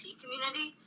community